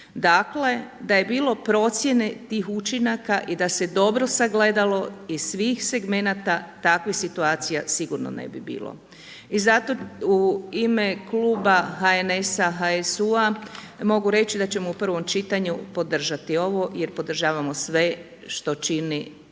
Dakle da je bilo procjene tih učinaka i da se dobro sagledalo iz svih segmenata, takvih situacija sigurno ne bi bilo. I zato u ime kluba HNS-a, HSU-a, mogu reći da ćemo u prvom čitanju podržati ovo jer podržavamo sve što čini da